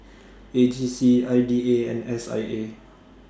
A G C I D A and S I A